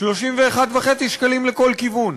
31.5 שקלים לכל כיוון.